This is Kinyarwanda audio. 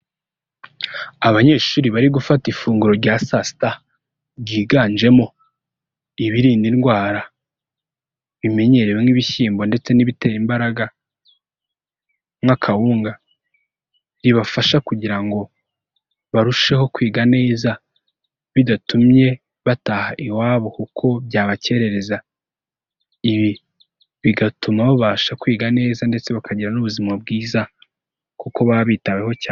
Abanyeshuri bari gufata ifunguro rya saa sita ryiganjemo ibirinda indwara bimenyerewe nk'ibishyimbo ndetse n'ibitera imbaraga nk'akawunga, ribafasha kugira ngo barusheho kwiga neza bidatumye bataha iwabo kuko byabakerereza. Ibi bigatuma babasha kwiga neza ndetse bakagira n'ubuzima bwiza kuko baba bitaweho cyane.